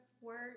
work